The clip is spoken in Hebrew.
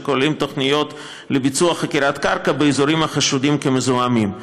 כוללים תוכניות לביצוע חקירת קרקע באזורים החשודים כמזוהמים.